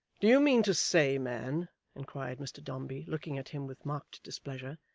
do you mean to say, man inquired mr dombey looking at him with marked displeasure,